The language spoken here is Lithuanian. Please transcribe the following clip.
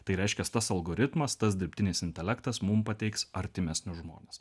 tai reiškia tas algoritmas tas dirbtinis intelektas mum pateiks artimesnius žmones